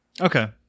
Okay